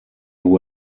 who